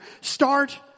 start